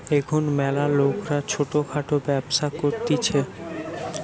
এখুন ম্যালা লোকরা ছোট খাটো ব্যবসা করতিছে